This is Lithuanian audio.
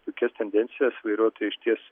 puikias tendencijas vairuotojai išties